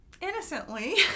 innocently